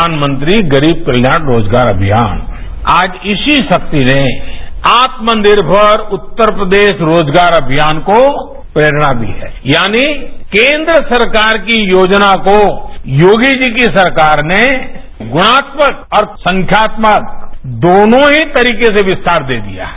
प्रघानमंत्री गरीब कल्याण रोजगार अभियान आज इसी शक्ति ने आत्मनिर्भर उत्तर प्रदेश रोजगार अभियान को प्रेरणा दी है यानी केन्द्र सरकार की योजना को योगी जी की सरकार ने गुणात्मय और संख्यात्मक दोनों ही तरीके से विस्तार दे दिया है